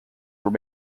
were